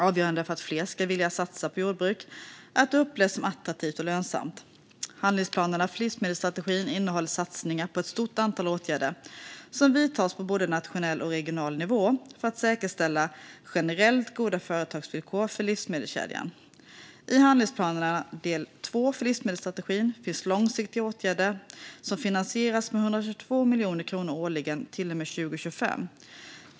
Avgörande för att fler ska vilja satsa på jordbruk är att det upplevs som attraktivt och lönsamt. Handlingsplanerna för livsmedelsstrategin innehåller satsningar på ett stort antal åtgärder som vidtas på både nationell och regional nivå för att säkerställa generellt goda företagsvillkor för livsmedelskedjan. I handlingsplanen del 2 för livsmedelsstrategin finns långsiktiga åtgärder som finansieras med 122 miljoner kronor årligen till och med 2025.